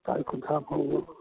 ꯇꯥꯔꯤꯛ ꯀꯨꯟꯊ꯭ꯔꯥꯐꯥꯎꯕ